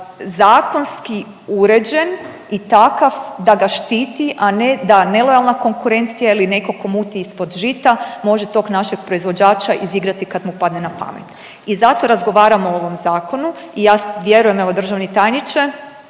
zakonski uređen i takav da ga štiti, a ne da nelojalna konkurencija ili neko ko muti ispod žita može tog našeg proizvođača izigrati kad mu padne napamet. I zato razgovaramo o ovom zakonu i ja vjerujem evo državni tajniče